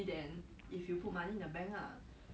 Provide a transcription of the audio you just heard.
like 要给一些通知 is it